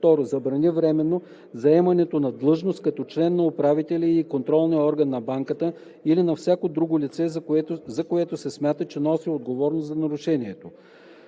2. забрани временно заемането на длъжност като член на управителния или контролния орган на банката или на всяко друго лице, за което се смята, че носи отговорност за нарушението.“